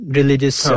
religious